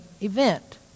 event